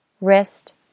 wrist